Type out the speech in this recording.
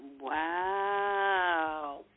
Wow